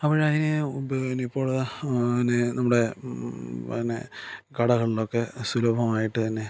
അപ്പോൾ അതിന് പിന്നെ ഇപ്പോൾ നമ്മുടെ പിന്നെ കടകളൊക്കെ സുലഭമായിട്ടു തന്നെ